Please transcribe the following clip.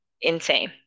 Insane